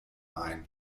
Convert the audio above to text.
ein